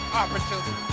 opportunity